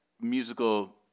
musical